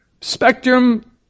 spectrum